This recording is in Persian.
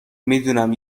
میدونم